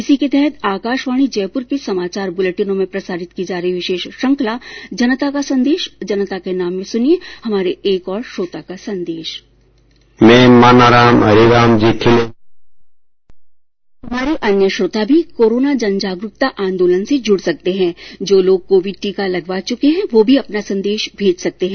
इसी के तहत आकाशवाणी जयपुर के समाचार बुलेटिनों में प्रसारित की जा रही विशेष श्रृंखला जनता का संदेश जनता के नाम में सुनिये हमारे एक और श्रोता का संदेश हमारे अन्य श्रोता भी कोरोना जनजागरुकता आंदोलन से जुड़ सकते हैं जो लोग कोविड टीका लगवा चुके हैं वो भी अपना संदेश भेज सकते हैं